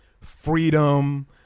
freedom